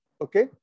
Okay